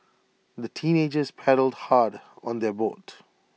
the teenagers paddled hard on their boat